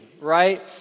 right